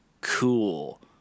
cool